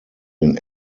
den